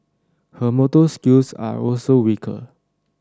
her motor skills are also weaker